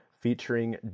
featuring